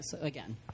again